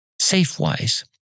safe-wise